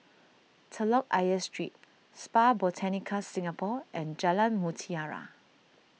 Telok Ayer Street Spa Botanica Singapore and Jalan Mutiara